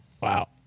Wow